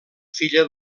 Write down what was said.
filla